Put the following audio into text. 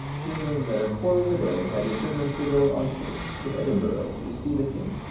hearing that a poor widow had deter mined to go on foot to edinburgh to see the king,